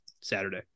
Saturday